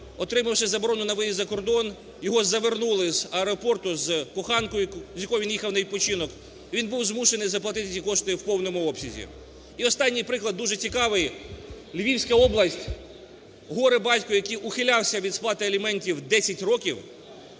отримавши заборону на виїзд за кордон, його завернули з аеропорту з коханкою, з якою він їхав на відпочинок, і він був змушений заплатити ці кошти в повному обсязі. І останній приклад, дуже цікавий. Львівська область. Горе-батько, який ухилявся від сплати аліментів 10 років,